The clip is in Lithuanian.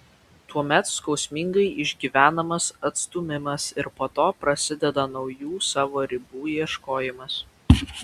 tuomet skausmingai išgyvenamas atstūmimas ir po to prasideda naujų savo ribų ieškojimas